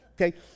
Okay